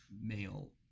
male